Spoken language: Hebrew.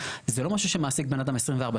זה לא משהו שמעסיק בן אדם 24/7,